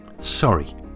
Sorry